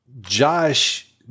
Josh